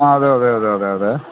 ആ അതെ അതെ അതെ അതെ അതെ